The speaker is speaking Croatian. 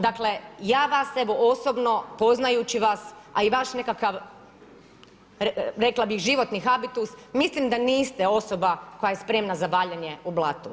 Dakle, ja vas, evo osobno, poznajući vas, a i vas nekakav rekla bih životni habitus, mislim da niste osoba koja je spremna za valjanje u blatu.